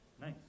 Nice